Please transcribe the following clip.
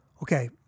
Okay